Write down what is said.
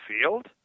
field